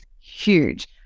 huge